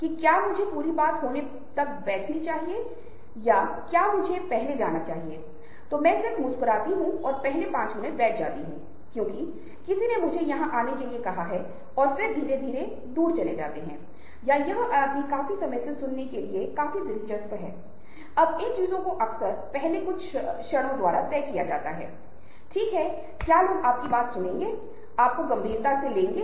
यदि आप सभ्यता की वर्तमान स्थिति को देख रहे हैं तो मैं नेकेड इकोनॉमिक्स से एक उदाहरण लेना चाहता हूं जहां आप देखते हैं कि व्हीलन एक मशीन के बारे में बात करता है की एक मशीन की कल्पना करें जिसमें आप उदहारण के लिए 10 0000 बोरी गेहु डालते हैं २०००० बोरे चीनी ५००००० बोरे मक्खन के पैकेट वगैरह वगैरह डालते हैं